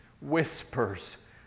whispers